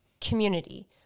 community